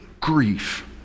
grief